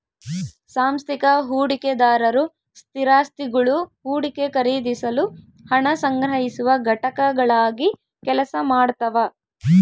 ಸಾಂಸ್ಥಿಕ ಹೂಡಿಕೆದಾರರು ಸ್ಥಿರಾಸ್ತಿಗುಳು ಹೂಡಿಕೆ ಖರೀದಿಸಲು ಹಣ ಸಂಗ್ರಹಿಸುವ ಘಟಕಗಳಾಗಿ ಕೆಲಸ ಮಾಡ್ತವ